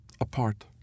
apart